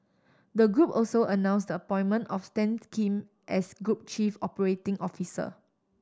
the group also announced the appointment of Stan Kim as group chief operating officer